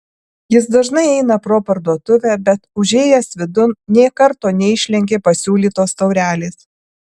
jis dažnai eina pro parduotuvę bet užėjęs vidun nė karto neišlenkė pasiūlytos taurelės